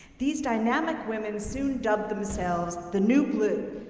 these dynamic women soon dubbed themselves the new blue,